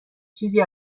چیزی